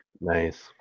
Nice